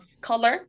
color